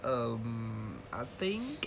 um I think